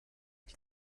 die